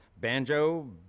banjo